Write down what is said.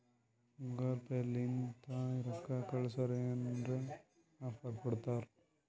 Google Pay ಲಿಂತ ರೊಕ್ಕಾ ಕಳ್ಸುರ್ ಏನ್ರೆ ಆಫರ್ ಕೊಡ್ತಾರ್